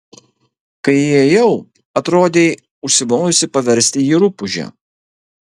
kai įėjau atrodei užsimojusi paversti jį rupūže